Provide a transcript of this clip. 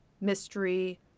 mystery